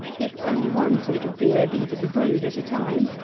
if only one sort of beer be to be brewed at a time,